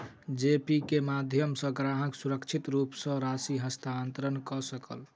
जी pay के माध्यम सॅ ग्राहक सुरक्षित रूप सॅ राशि हस्तांतरण कय सकल